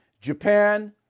Japan